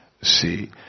See